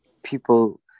people